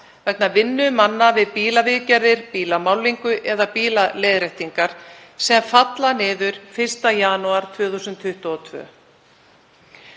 vegna vinnu manna við bílaviðgerðir, bílamálningu eða bílaleiðréttingar falli niður 1. janúar 2022.